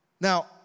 Now